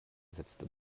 setzte